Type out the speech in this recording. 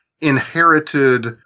inherited